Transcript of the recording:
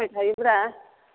जाबायथायो ब्रा